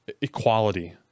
equality